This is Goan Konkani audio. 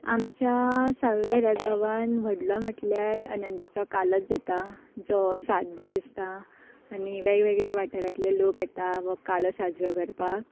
आमच्या सावंय वेरे गांवान व्हडलो म्हटल्यार अनंतचो कालोच जाता जो सात दीस आसता आनी वेगवेगळ्या वाठारांतले लोक येता व कालो साजरो करपाक